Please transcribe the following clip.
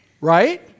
Right